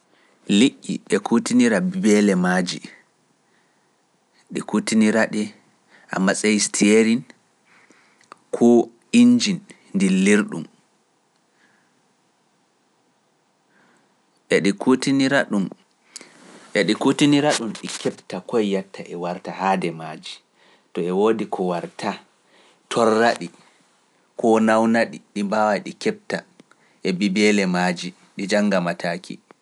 Liƴƴi ɓe kutinira bibeele maaji, ɗe kuwtinira-ɗe a matsayi steering koo injin dillirɗum. E ɗe kuutinira-ɗum, e ɗe kuutinira-ɗu ɗe keɓta keɓta koye yahta e warta haade maaji. To e woodi ko warta torra-ɗi, koo nawna-ɗi, ɗi mbaaway ɗi keɓta e bibeele maaji ɗi njannga mataaki.